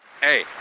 Hey